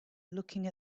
looking